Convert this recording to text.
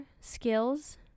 skills